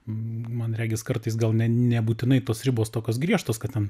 man regis kartais gal ne nebūtinai tos ribos tokios griežtos kad ten